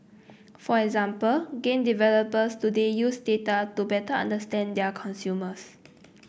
for example game developers today use data to better understand their consumers